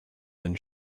than